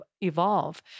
evolve